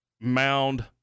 Mound